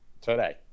today